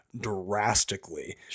drastically